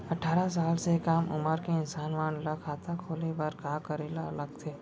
अट्ठारह साल से कम उमर के इंसान मन ला खाता खोले बर का करे ला लगथे?